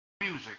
music